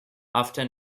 after